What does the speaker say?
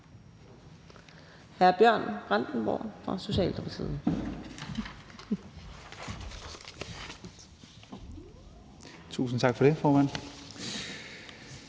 Tusind tak for det, formand.